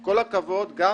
עם כל הכבוד גם